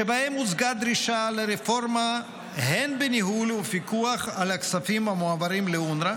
שבהם הוצגה דרישה לרפורמה הן בניהול ובפיקוח על הכספים המועברים לאונר"א